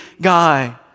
guy